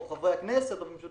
או חברי הכנסת או במשותף.